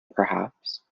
perhaps